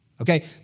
okay